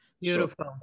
Beautiful